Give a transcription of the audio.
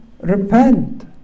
repent